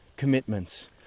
commitments